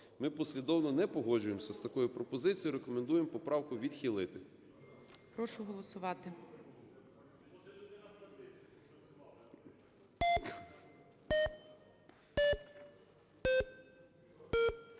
Ми послідовно не погоджуємося з такою пропозицією, рекомендуємо поправку відхилити.